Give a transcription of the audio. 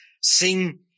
sing